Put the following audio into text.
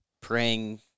praying